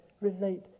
relate